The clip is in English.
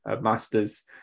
master's